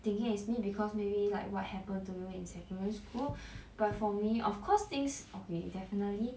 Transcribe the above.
thinking as me because maybe like what happen to you in secondary school but for me of course things okay definitely